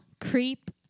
creep